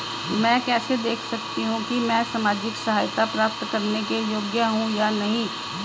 मैं कैसे देख सकती हूँ कि मैं सामाजिक सहायता प्राप्त करने के योग्य हूँ या नहीं?